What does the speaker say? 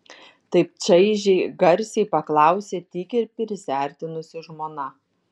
taip čaižiai garsiai paklausė tykiai prisiartinusi žmona